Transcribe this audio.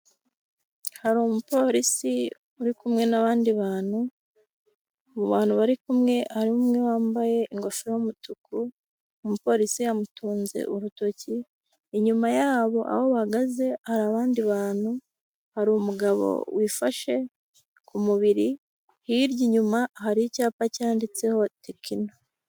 Hari umupolisi uri kumwe n'abandi bantu, mu bantu bari kumwe hari umwe wambaye ingofero y'umutuku umupolisi yamutunze urutoki, inyuma yaho bahagaze hari abandi bantu, hari umugabo wifashe ku mubiri hirya inyuma hari icyapa cyanditseho tekino.